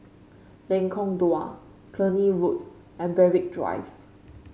Lengkong Dua Cluny Road and Berwick Drive